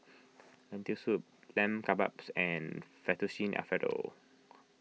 Lentil Soup Lamb Kebabs and Fettuccine Alfredo